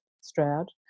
Stroud